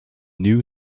new